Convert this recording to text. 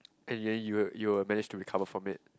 and then you will you will manage to recover from it